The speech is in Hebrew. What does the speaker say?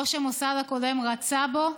ראש המוסד הקודם רצה בו.